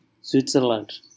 Switzerland